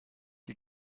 die